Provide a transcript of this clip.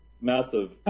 Massive